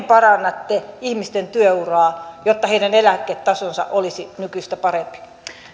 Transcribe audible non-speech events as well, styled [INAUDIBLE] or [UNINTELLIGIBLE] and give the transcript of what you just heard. [UNINTELLIGIBLE] parannatte ihmisten työuraa jotta heidän eläketasonsa olisi nykyistä parempi